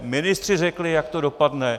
Ministři řekli, jak to dopadne.